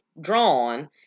drawn